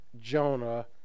Jonah